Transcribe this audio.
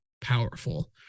powerful